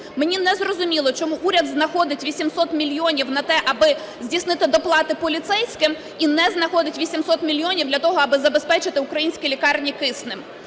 Мені незрозуміло, чому уряд знаходить 800 мільйонів на те, аби здійснити доплати поліцейським, і не знаходить 800 мільйонів для того, аби забезпечити українські лікарні киснем.